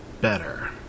better